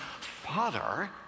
father